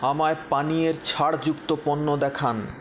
আমায় পানীয়র ছাড়যুক্ত পণ্য দেখান